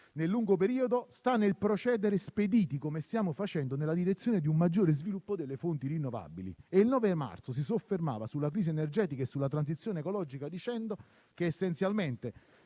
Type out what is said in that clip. nel lungo periodo sta nel procedere spediti, come stiamo facendo, nella direzione di un maggiore sviluppo delle fonti rinnovabili». Il 9 marzo si soffermava sulla crisi energetica e sulla transizione ecologica dicendo: «essenzialmente